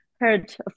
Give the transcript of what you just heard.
heard